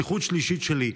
שליחות שלישית שלי,